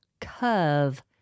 curve